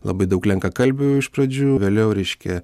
labai daug lenkakalbių iš pradžių vėliau reiškia